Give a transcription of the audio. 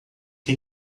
que